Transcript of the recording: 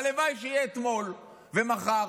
הלוואי שיהיה אתמול ומחר,